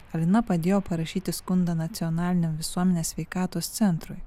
alina padėjo parašyti skundą nacionaliniam visuomenės sveikatos centrui